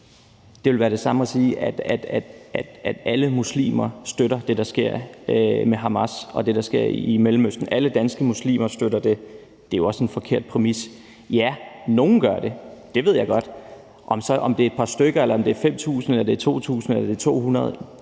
Det ville være det samme som at sige, at alle muslimer støtter det, der sker med Hamas, og det, der sker i Mellemøsten. At alle danske muslimer støtter det, er jo også en forkert præmis. Ja, nogle gør; det ved jeg godt. Om det er et par stykker, om det er 5.000, om det er 2.000, eller om det er 200,